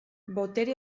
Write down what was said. botere